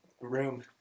room